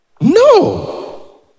No